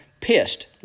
pissed